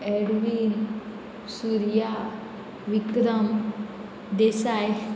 Edwin Surya Vikram Desai